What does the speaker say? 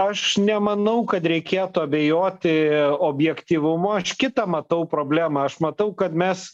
aš nemanau kad reikėtų abejoti objektyvumu aš kitą matau problemą aš matau kad mes